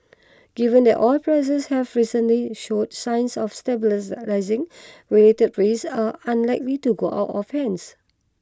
given that oil prices have recently showed signs of stabilise lising related risks are unlikely to go out of hands